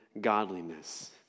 godliness